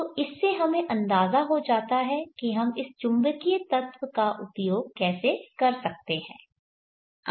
तो इससे हमें अंदाजा हो जाता है कि हम इस चुंबकीय तत्व का उपयोग कैसे कर सकते हैं